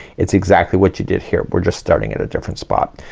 it's exactly what you did here. we're just starting at a different spot.